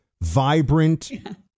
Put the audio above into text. vibrant